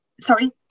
Sorry